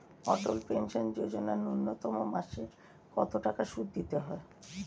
অটল pension Yojana ন্যূনতম মাসে কত টাকা সুধ দিতে হয়?